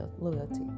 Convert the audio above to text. loyalty